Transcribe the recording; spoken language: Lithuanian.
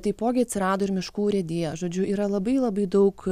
taipogi atsirado ir miškų urėdija žodžiu yra labai labai daug